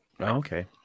Okay